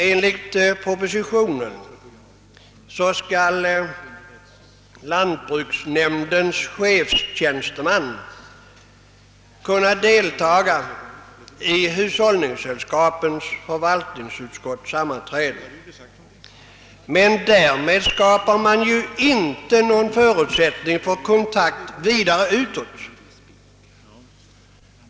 Enligt propositionen skall lantbruksnämndens chefstjänsteman kunna delta i hushållningssällskapets förvaltningsutskotts sammanträden, men därmed skapar man ju inte någon förutsättning för kontakt vidare utåt.